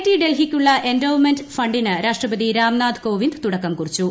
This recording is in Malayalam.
ടി ഡൽഹിക്കുള്ള എൻഡോവ്മെന്റ് ഫണ്ടിന് രാഷ്ട്രപതി രാംനാഥ് കോവിന്ദ് തുടക്കം കുറിച്ചു